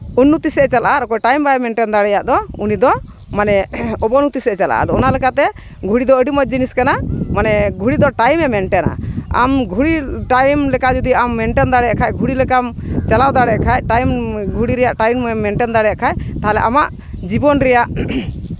ᱩᱱᱱᱚᱛᱤ ᱥᱮᱜ ᱮ ᱪᱟᱞᱟᱜᱼᱟ ᱟᱨ ᱚᱠᱚᱭ ᱴᱟᱭᱤᱢ ᱵᱟᱭ ᱢᱮᱱᱴᱮᱱ ᱫᱟᱲᱮᱭᱟᱜ ᱫᱚ ᱩᱱᱤ ᱫᱚ ᱢᱟᱱᱮ ᱚᱵᱚᱱᱚᱛᱤ ᱥᱮᱜ ᱮ ᱪᱟᱞᱟᱜᱼᱟ ᱟᱫᱚ ᱚᱱᱟ ᱞᱮᱠᱟᱛᱮ ᱜᱷᱚᱲᱤ ᱫᱚ ᱟᱹᱰᱤ ᱢᱚᱡᱽ ᱡᱤᱱᱤᱥ ᱠᱟᱱᱟ ᱢᱟᱱᱮ ᱜᱷᱩᱲᱤ ᱫᱚ ᱴᱟᱭᱤᱢᱮ ᱢᱮᱱᱴᱮᱱᱼᱟ ᱟᱢ ᱜᱷᱚᱲᱤ ᱴᱟᱭᱤᱢ ᱞᱮᱠᱟ ᱡᱚᱫᱤ ᱟᱢ ᱢᱮᱱᱴᱮᱱ ᱫᱟᱲᱮᱭᱟᱜ ᱠᱷᱟᱡ ᱜᱷᱚᱲᱤ ᱞᱮᱠᱟᱢ ᱪᱟᱞᱟᱣ ᱫᱟᱲᱮᱭᱟᱜ ᱠᱷᱟᱡ ᱴᱟᱭᱤᱢ ᱜᱷᱚᱲᱤ ᱨᱮᱭᱟᱜ ᱴᱟᱭᱤᱢᱮᱢ ᱢᱮᱱᱴᱮᱱ ᱫᱟᱲᱮᱭᱟᱜ ᱠᱷᱟᱡ ᱛᱟᱦᱚᱞᱮ ᱟᱢᱟᱜ ᱡᱤᱵᱚᱱ ᱨᱮᱭᱟᱜ